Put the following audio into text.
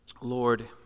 Lord